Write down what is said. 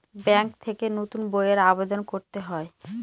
bank থেকে নতুন বইয়ের আবেদন করতে হয়